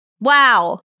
Wow